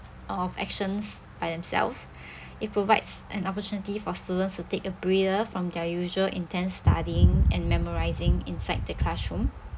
of actions by themselves it provides an opportunity for students to take a breather from their usual intense studying and memorizing inside the classroom